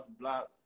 block